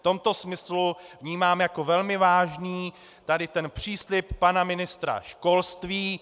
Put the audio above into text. V tomto smyslu vnímám jako velmi vážný tady ten příslib pana ministra školství.